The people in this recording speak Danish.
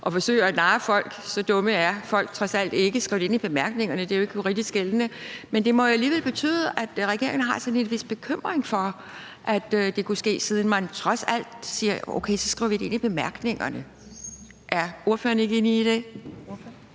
at forsøge at narre folk. Så dumme er folk trods alt ikke. Det er jo ikke juridisk gældende, hvis man skriver det ind i bemærkningerne. Men det må jo alligevel betyde, at regeringen har en vis bekymring for, at det kunne ske, siden man trods alt siger: Okay, så skriver vi det ind i bemærkningerne. Er ordføreren ikke enig i det?